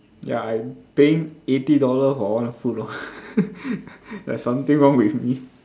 ya I'm paying eighty dollar for one food lor like something wrong with me